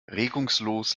regungslos